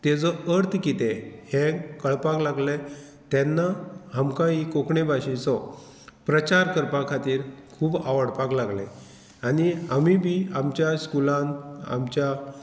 ताजो अर्थ कितें हें कळपाक लागलें तेन्ना आमकां ही कोंकणी भाशेचो प्रचार करपा खातीर खूब आवडपाक लागले आनी आमी बी आमच्या स्कुलान आमच्या